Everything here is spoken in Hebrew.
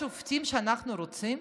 אלה השופטים שאנחנו רוצים?